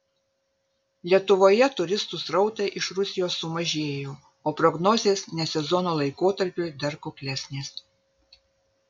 lietuvoje turistų srautai iš rusijos sumažėjo o prognozės ne sezono laikotarpiui dar kuklesnės